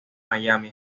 miami